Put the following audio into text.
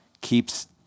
keeps